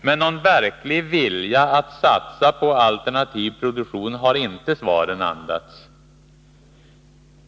Men någon verklig vilja att satsa på alternativ produktion har inte svaren andats.